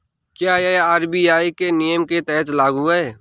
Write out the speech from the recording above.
क्या यह आर.बी.आई के नियम के तहत लागू है?